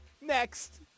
Next